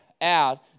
out